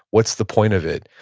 what's the point of it?